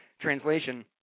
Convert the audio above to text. translation